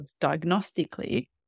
diagnostically